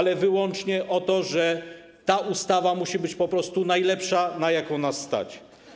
Chodzi wyłącznie o to, że ta ustawa musi być po prostu najlepsza, na jaką nas stać.